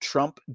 Trump